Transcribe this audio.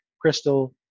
crystal